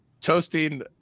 toasting